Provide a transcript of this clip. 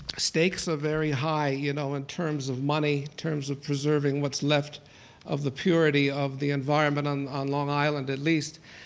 stakes are very high you know in terms of money, in terms of preserving what's left of the purity of the environment on on long island at least.